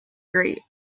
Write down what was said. great